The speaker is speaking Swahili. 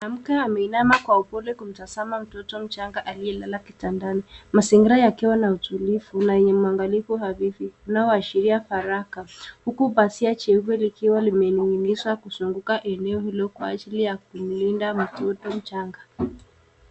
Mwanamke amesimama kwa upole kumtazama mtoto mchanga aliyelala kitandani, mazingira yakiwa na utulivu na yenye mwangalizi halisi unaoshiria baraka huku pazia jeupe likiwa limening'inizwa kuzunguka eneo hilo kwa ajili ya kumlinda mtoto mchanga.